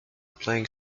playing